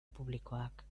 publikoak